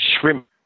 Shrimp